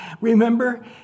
Remember